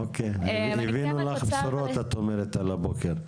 אוקי, הבאנו לך בשורות את אומרת על הבוקר.